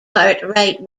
cartwright